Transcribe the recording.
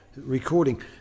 recording